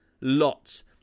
lots